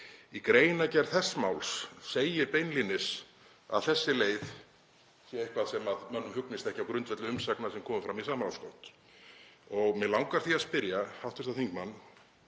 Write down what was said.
Í greinargerð þess máls segir beinlínis að þessi leið sé eitthvað sem mönnum hugnist ekki á grundvelli umsagna sem komu fram í samráðsgátt. Mig langar því að spyrja hv. þingmann